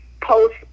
post